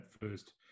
first